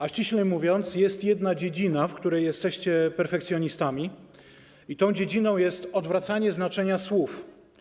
A ściślej mówiąc, jest jedna dziedzina, w której jesteście perfekcjonistami, i tą dziedziną jest odwracanie znaczenia słów.